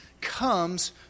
comes